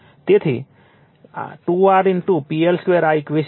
તેથી 2 R PL2 આ equation 1 છે